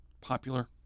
popular